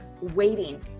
waiting